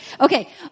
Okay